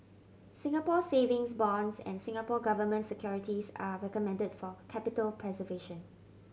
Singapore Savings Bonds and Singapore Government Securities are recommended for capital preservation